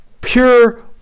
pure